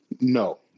no